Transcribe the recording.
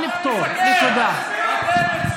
אתם הצבעתם.